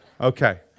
Okay